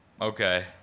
Okay